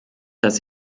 dass